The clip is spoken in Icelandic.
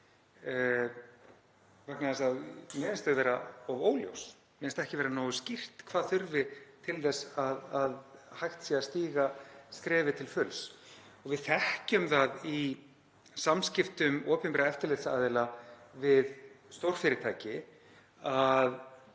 vegna þess að mér finnst þau vera of óljós, mér finnst ekki vera nógu skýrt hvað þurfi til þess að hægt sé að stíga skrefið til fulls. Við þekkjum það í samskiptum opinberra eftirlitsaðila við stórfyrirtæki að